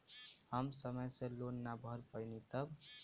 हम समय से लोन ना भर पईनी तब?